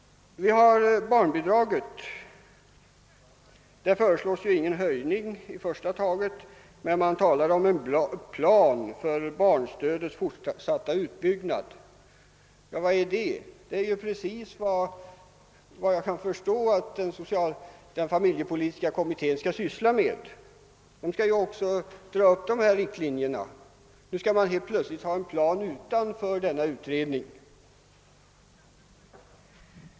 I fråga om barnbidraget föreslås ingen ytterligare höjning i första taget, men det talas om en plan för barnstödets fortsatta utbyggnad. Vad är det? Efter vad jag kan förstå är det precis vad den familjepolitiska kommittén skall syssla med — den skall dra upp dessa riktlinjer. Men nu skall man helt plötsligt ha en plan utanför denna utredning.